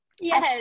Yes